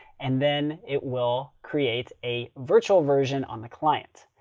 and then it will create a virtual version on the client.